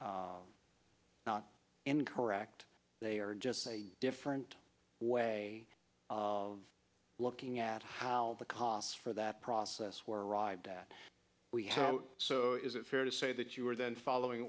are not incorrect they are just a different way of looking at how the costs for that process were arrived that we have so is it fair to say that you were then following